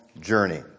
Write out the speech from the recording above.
journey